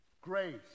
grace